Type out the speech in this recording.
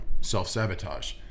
self-sabotage